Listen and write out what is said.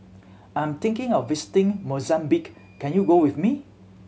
I'm thinking of visiting Mozambique can you go with me